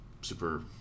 super